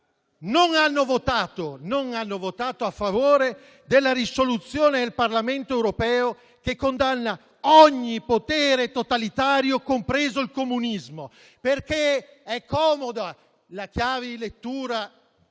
non hanno votato a favore della risoluzione del Parlamento europeo che condanna ogni potere totalitario, compreso il comunismo. È comoda la chiave di lettura della